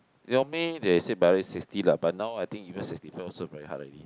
normally they say by right sixty lah but now I think even sixty five I think very hard already